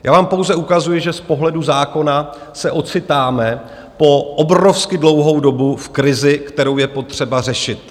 Já vám pouze ukazuji, že z pohledu zákona se ocitáme po obrovsky dlouhou dobu v krizi, kterou je potřeba řešit.